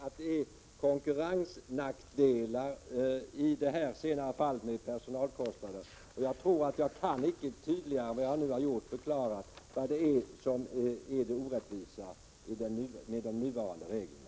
Herr talman! Jag påtalade att det i det senare fallet med personalkostnader är fråga om konkurrensnackdelar. Jag tror att jag inte tydligare än vad jag redan gjort kan förklara vad det är för orättvisa med de nuvarande reglerna.